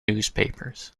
newspapers